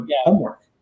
homework